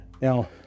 Now